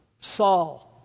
Saul